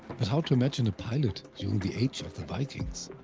but how to imagine a pilot during the age of the vikings?